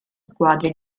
squadre